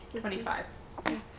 Twenty-five